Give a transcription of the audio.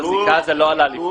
מותר לוועדת שרים להוסיף תנאים?